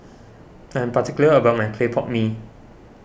I am particular about my Clay Pot Mee